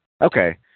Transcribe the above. Okay